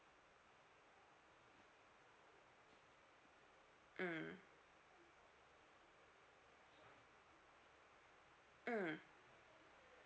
mm mm